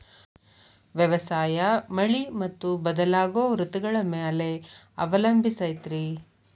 ವ್ಯವಸಾಯ ಮಳಿ ಮತ್ತು ಬದಲಾಗೋ ಋತುಗಳ ಮ್ಯಾಲೆ ಅವಲಂಬಿಸೈತ್ರಿ